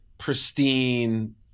pristine